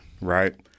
Right